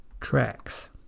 tracks